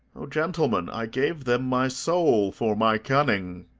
o gentlemen, i gave them my soul for my cunning!